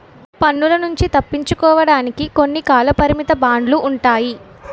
పన్నుల నుంచి తప్పించుకోవడానికి కొన్ని కాలపరిమిత బాండ్లు ఉంటాయి